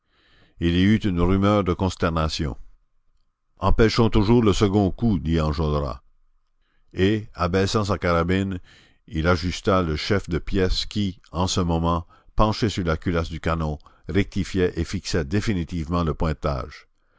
il y eut une rumeur de consternation empêchons toujours le second coup dit enjolras et abaissant sa carabine il ajusta le chef de pièce qui en ce moment penché sur la culasse du canon rectifiait et fixait définitivement le pointage